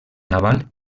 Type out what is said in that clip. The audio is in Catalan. naval